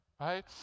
Right